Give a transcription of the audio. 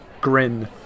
grin